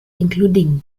including